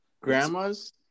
Grandma's